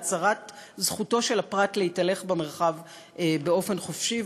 להצרת זכותו של הפרט להתהלך במרחב באופן חופשי.